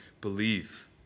Believe